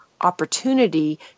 opportunity